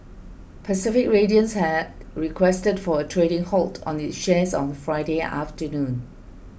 Pacific Radiance had requested for a trading halt on its shares on Friday afternoon